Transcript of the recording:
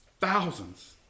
Thousands